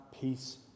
peace